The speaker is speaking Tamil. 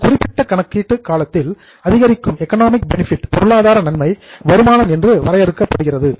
ஒரு குறிப்பிட்ட கணக்கீட்டு காலத்தில் அதிகரித்திருக்கும் எக்கனாமிக் பெனிஃபிட் பொருளாதார நன்மை வருமானம் என்று வரையறுக்கப்படுகிறது